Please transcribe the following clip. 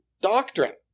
doctrine